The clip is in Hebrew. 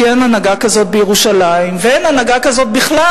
כי אין הנהגה כזאת בירושלים ואין הנהגה כזאת בכלל,